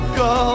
go